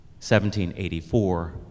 1784